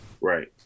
Right